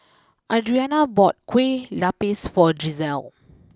Adrianna bought Kueh Lupis for Gisselle